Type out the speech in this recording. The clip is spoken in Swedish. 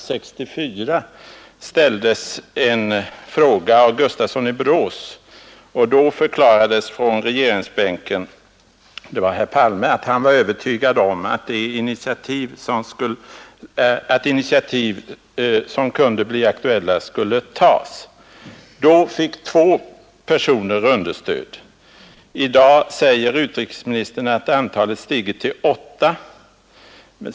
År 1964 ställdes en enkel fråga i denna angelägenhet av herr Gustafsson i Borås, och då förklarade herr Palme från regeringsbänken att han var övertygad om att initiativ som kunde bli aktuella skulle tas. Då fick två personer understöd. I dag säger utrikesministern att antalet stigit till åtta.